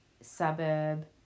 suburb